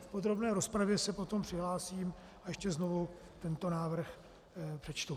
V podrobné rozpravě se potom přihlásím a ještě znovu tento návrh přečtu.